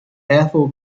ethel